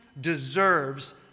deserves